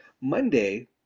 Monday